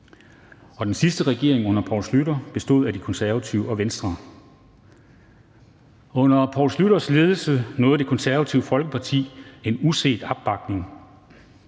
Og den sidste regering under Poul Schlüter bestod af De Konservative og Venstre. Under Poul Schlüters ledelse nåede Det Konservative Folkeparti en uset opbakning.